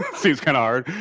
um seems kind of hard.